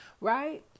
right